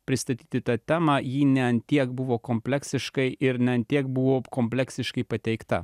pristatyti tą temą ji ne an tiek buvo kompleksiška ir ne an tiek buvo kompleksiškai pateikta